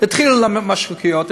יתחילו להביא משרוקיות,